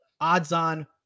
odds-on